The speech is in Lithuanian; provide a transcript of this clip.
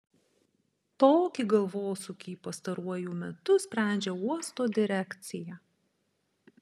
tokį galvosūkį pastaruoju metu sprendžia uosto direkcija